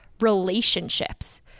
relationships